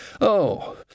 Oh